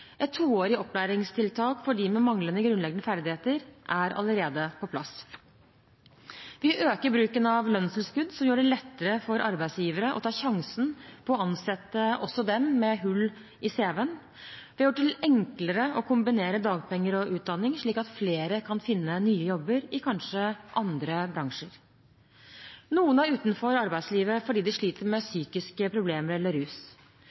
Et toårig opplæringstiltak for dem med manglende grunnleggende ferdigheter er allerede på plass. Vi øker bruken av lønnstilskudd som gjør det lettere for arbeidsgivere å ta sjansen på å ansette også dem med hull i CV-en. Vi har gjort det enklere å kombinere dagpenger og utdanning, slik at flere kan finne nye jobber i kanskje andre bransjer. Noen er utenfor arbeidslivet fordi de sliter med psykiske problemer eller rus.